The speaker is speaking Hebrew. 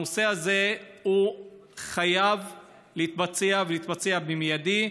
הנושא הזה חייב להתבצע, ולהתבצע במיידי.